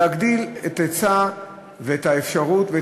להגדיל את ההיצע ואת האפשרות,